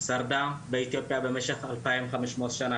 שרדה באתיופיה במשך 2,500 שנה,